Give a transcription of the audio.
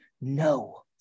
No